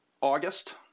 August